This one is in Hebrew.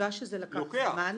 הסיבה שזה לוקח זמן,